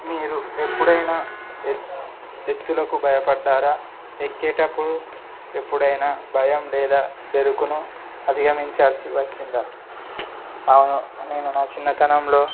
మీరు ఎప్పుడైనా ఎత్ ఎత్తులకు భయపడ్డారా ఎక్కేటపుడు ఎపుడైనా భయం లేదా బెరుకును అధిగమించాల్సి వచ్చిందా అవును నేను నా చిన్నతనంలో